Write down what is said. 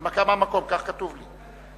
הנמקה מהמקום, כך כתוב לי.